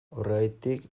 horregatik